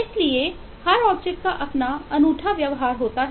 इसलिए हर ऑब्जेक्ट करता है